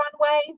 runway